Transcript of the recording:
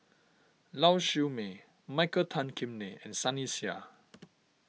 Lau Siew Mei Michael Tan Kim Nei and Sunny Sia